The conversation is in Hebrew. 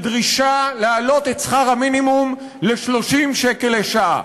בדרישה להעלות את שכר המינימום ל-30 שקל לשעה.